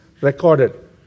recorded